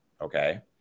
okay